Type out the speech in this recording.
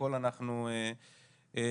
בכל הפרמטרים אנחנו פחות.